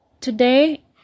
today